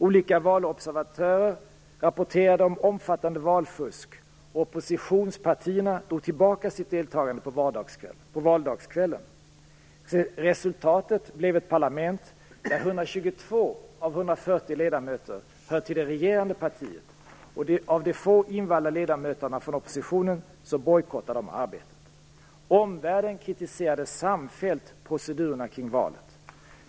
Olika valobservatörer rapporterade om omfattande valfusk och oppositionspartierna drog tillbaka sitt deltagande på valdagskvällen. Resultatet blev ett parlament där 122 av 140 ledamöter hör till det regerande partiet, och de få invalda ledamöterna från oppositionen bojkottar arbetet. Omvärlden kritiserade samfällt procedurerna kring valet.